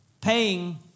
Paying